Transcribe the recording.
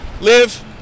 live